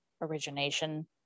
origination